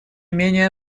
менее